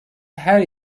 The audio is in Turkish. her